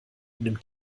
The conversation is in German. nimmt